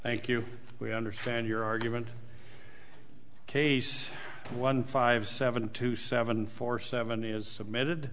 thank you we understand your argument case one five seven two seven four seven news submitted